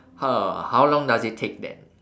how how long does it take then